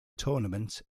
tournament